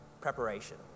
preparation